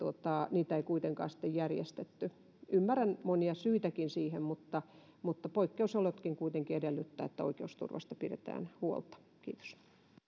niitä ei kuitenkaan sitten järjestetty ymmärrän monia syitäkin siihen mutta mutta poikkeusolotkin kuitenkin edellyttävät että oikeusturvasta pidetään huolta kiitos